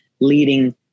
leading